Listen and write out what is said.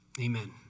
amen